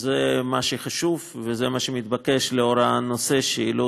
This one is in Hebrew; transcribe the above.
שזה מה שחשוב וזה מה שמתבקש לנוכח הנושא שהעלו